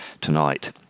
tonight